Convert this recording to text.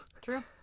True